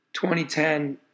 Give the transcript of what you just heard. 2010